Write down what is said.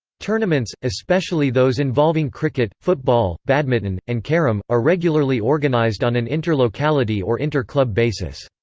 tournaments, especially those involving cricket, football, badminton, and carrom, are regularly organised on an inter-locality or inter-club basis.